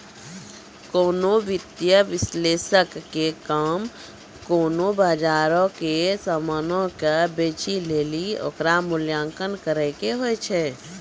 कोनो वित्तीय विश्लेषक के काम कोनो बजारो के समानो के बेचै लेली ओकरो मूल्यांकन करै के होय छै